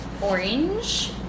orange